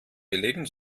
belegen